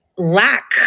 lack